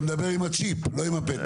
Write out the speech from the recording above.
אתה מדבר עם הצ'יפ, לא עם הפתק.